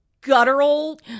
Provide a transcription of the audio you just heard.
guttural